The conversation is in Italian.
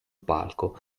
palco